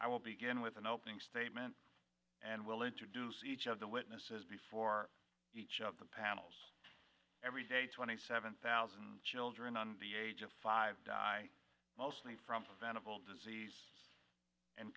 i will begin with an opening statement and will introduce each of the witnesses before each of the panels every day twenty seven thousand children on the age of five die mostly from venable disease and